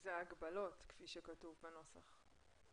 זה ההגבלות, כפי שכתוב בנוסח.